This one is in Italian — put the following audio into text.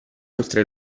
oltre